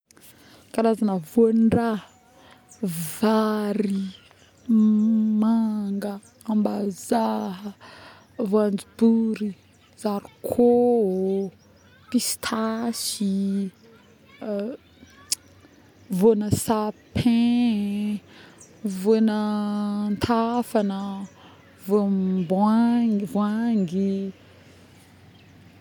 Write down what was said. Karazagna vôn-draha, vary, mm. manga ambazaha, voanjobory, zarikô.ôô, pistasy.yy voa-na sapin, voa-na antafana, voam- boahangy, voahangy